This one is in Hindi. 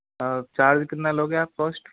चार्ज कितना लोगे आप कॉस्ट